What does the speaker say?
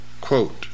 quote